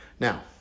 Now